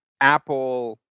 Apple